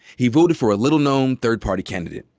he voted for a little known third party candidate.